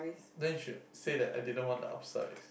then you should say that I didn't want to upsize